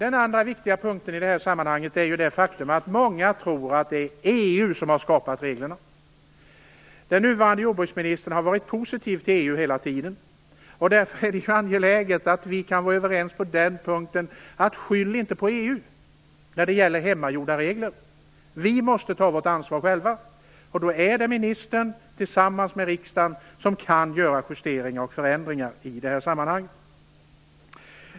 En annan viktig punkt i detta sammanhang gäller det faktum att många tror att det är EU som har skapat reglerna. Den nuvarande jordbruksministern har varit positiv till EU hela tiden. Därför är det angeläget att vi kan vara överens på den punkten, dvs. om att vi inte skall skylla på EU när det gäller hemmagjorda regler. Vi måste själva ta ansvar. Då är det ministern som tillsammans med riksdagen kan göra justeringar och förändringar i det här sammanhanget.